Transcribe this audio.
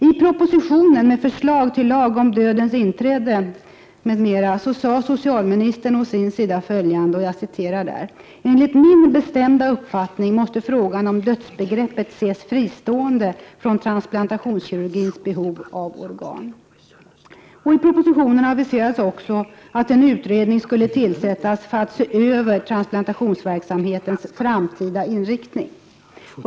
I propositionen med förslag till lag om dödens inträde m.m. sade socialministern å sin sida följande: ”Enligt min bestämda uppfattning måste frågan om dödsbegreppet ses fristående från transplantationskirurgins behov av organ.” I propositionen aviserades också att en utredning skulle tillsättas för att se över transplantationsverksamhetens framtida inriktning.